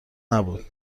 نبود